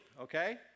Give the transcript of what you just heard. okay